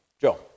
Joe